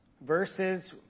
verses